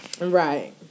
Right